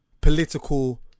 political